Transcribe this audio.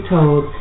Told